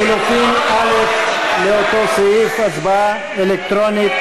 לחלופין א' לאותו סעיף, הצבעה אלקטרונית.